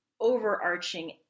overarching